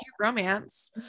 romance